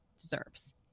deserves